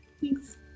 Thanks